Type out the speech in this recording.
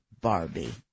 Barbie